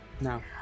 No